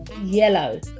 yellow